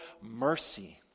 mercy